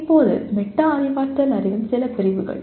இப்போது மெட்டா அறிவாற்றல் அறிவின் சில பிரிவுகள்